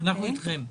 אנחנו אתכם.